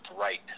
right